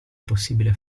possibile